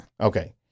Okay